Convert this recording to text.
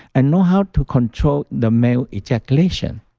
and know how to control the male ejaculation.